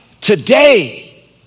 today